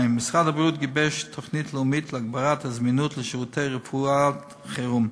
משרד הבריאות גיבש תוכנית לאומית להגברת הזמינות של שירותי רפואת חירום.